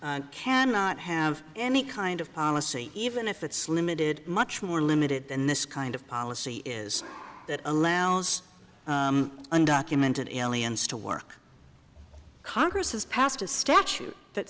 cannot have any kind of policy even if it's limited much more limited than this kind of policy is that allows undocumented aliens to work congress has passed a statute that